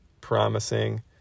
promising